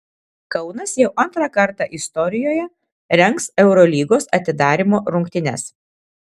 kaunas jau antrą kartą istorijoje rengs eurolygos atidarymo rungtynes